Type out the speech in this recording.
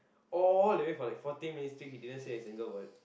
all the way for like forty minutes still he didn't say a single word